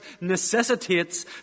necessitates